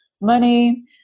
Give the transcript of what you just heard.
money